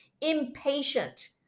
impatient